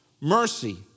Mercy